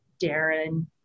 darren